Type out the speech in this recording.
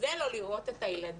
זה לא לראות את הילדים.